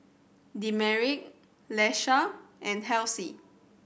Demetric Iesha and Halsey